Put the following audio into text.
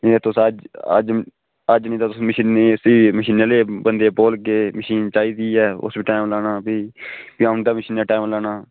इ'यां तुस अज्ज अज्ज अज्ज नी ते तुस मशीनै इसी मशीनै आह्ले बंदे गी बोलगे मशीन चाहिदी ऐ उस बी टाइम लाना भी औंदे मशीनै टाइम लाना